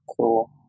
Cool